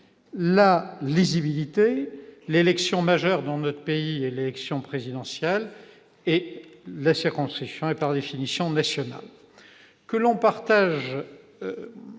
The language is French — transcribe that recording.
lisibilité. L'élection majeure, dans notre pays, est l'élection présidentielle dont la circonscription est, par définition, nationale. Que nous